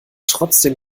trotzdem